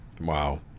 Wow